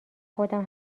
خودم